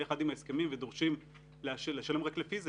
אחד עם ההסכמים ודורשים לשלם רק לפי זה,